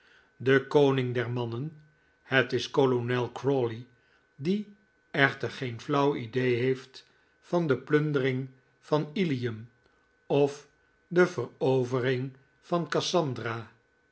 de koning der mannen het is kolonel crawley die echter geen flauw idee heeft van de plundering van ilium of de verovering van cassandra